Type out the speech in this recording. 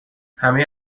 همه